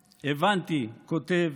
הבנתי", כותב